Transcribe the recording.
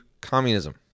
communism